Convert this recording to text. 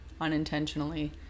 unintentionally